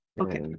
Okay